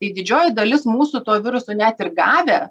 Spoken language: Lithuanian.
tai didžioji dalis mūsų to virusų net ir gavę